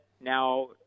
now